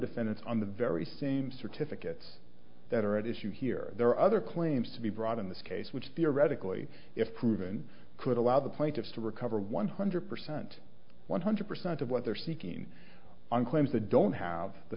defendants on the very same certificates that are at issue here there are other claims to be brought in this case which theoretically if proven could allow the plaintiffs to recover one hundred percent one hundred percent of what they're seeking on claims the don't have the